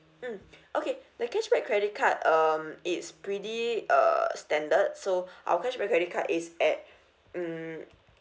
mm okay the cashback credit card um it's pretty uh standard so our cashback credit card is at mm